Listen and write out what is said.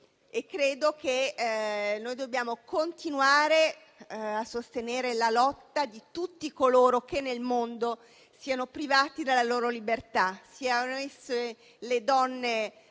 e credo che dobbiamo continuare a sostenere la lotta di tutti coloro che nel mondo sono privati della loro libertà, siano esse le donne